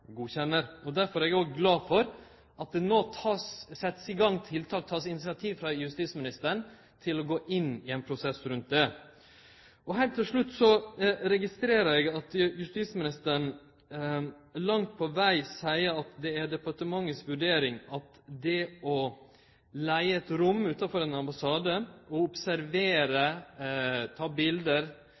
godkjenner. Derfor er eg òg glad for at det no vert teke initiativ frå justisministeren til å gå inn i ein prosess rundt det. Til slutt registrerer eg at justisministeren langt på veg seier at det er departementet si vurdering at det å leige eit rom utanfor ein ambassade for å observere, ta